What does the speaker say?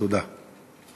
תודה.